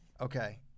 Okay